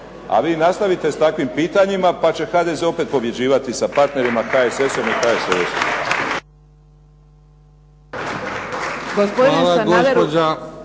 A vi nastavite s takvim pitanjima pa će HDZ opet pobjeđivati sa partnerima HSS-om i HSLS-om.